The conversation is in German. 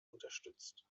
unterstützt